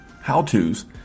how-tos